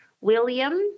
William